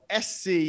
SC